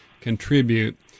contribute